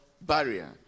barrier